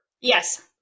Yes